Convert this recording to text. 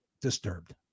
disturbed